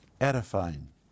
edifying